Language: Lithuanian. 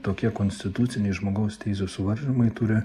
tokie konstituciniai žmogaus teisių suvaržymai turi